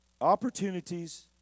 Opportunities